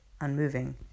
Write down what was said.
unmoving